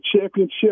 championship